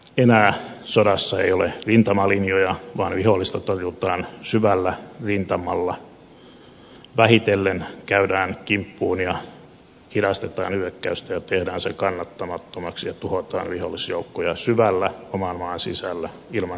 enää sodassa ei ole rintamalinjoja vaan vihollista torjutaan syvällä rintamalla vähitellen käydään kimppuun ja hidastetaan hyökkäystä ja tehdään se kannattamattomaksi ja tuhotaan vihollisjoukkoja syvällä oman maan sisällä ilman rintamalinjoja